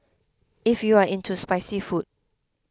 if you are into spicy food